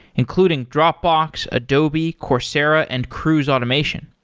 including dropbox, adobe, coursera and cruise automation.